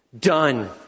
done